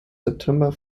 september